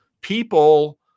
people